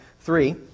three